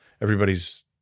Everybody's